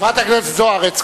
חברת הכנסת זוארץ,